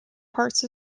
parts